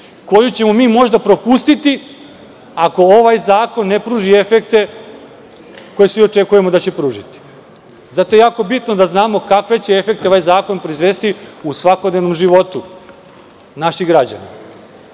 koju ćemo mi možda propustiti ako ovaj zakon ne pruži efekte koje svi očekujemo da će pružiti. Zato je jako bitno da znamo kakve će efekte ovaj zakon proizvesti u svakodnevnom životu naših građana. Mislim